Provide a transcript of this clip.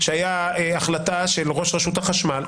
שהייתה החלטה של ראש רשות החשמל.